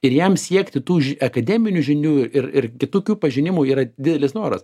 ir jam siekti tų ži akademinių žinių ir ir kitokių pažinimų yra dielis noras